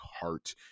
heart